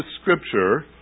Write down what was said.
Scripture